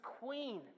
queen